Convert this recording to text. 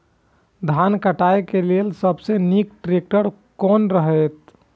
धान काटय के लेल सबसे नीक ट्रैक्टर कोन रहैत?